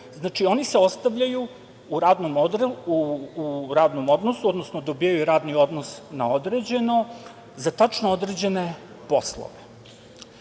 znači, oni se ostavljaju u radnom odnosu, odnosno dobijaju radni odnos na određeno za tačno određene poslove. Ja